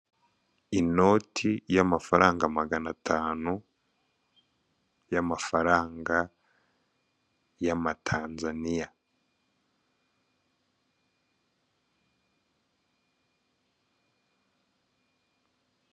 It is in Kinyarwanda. Inoti y'amafaranga magana atanu, y'amafaranga ya ma Tanzaniya.